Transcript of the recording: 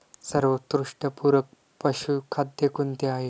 सर्वोत्कृष्ट पूरक पशुखाद्य कोणते आहे?